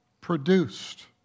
produced